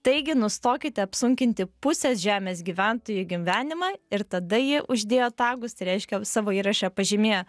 taigi nustokite apsunkinti pusės žemės gyventojų gyvenimą ir tada ji uždėjo tagus tai reiškia savo įraše pažymėjo